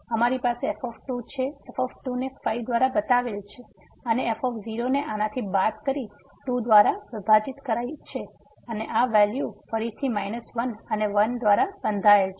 અમારી પાસે f છે f ને 5 દ્વારા બતાવેલ છે અને f0 ને આનાથી બાદ કરી 2 દ્વારા વિભાજિત થાય છે અને આ વેલ્યુ ફરીથી 1 અને 1 દ્વારા બંધાયેલ છે